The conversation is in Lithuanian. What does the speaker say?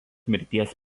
mirties